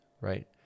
right